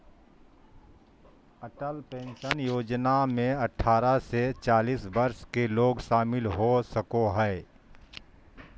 Atal pension योजना में अठारह से चालीस वर्ष के लोग शामिल हो सको हइ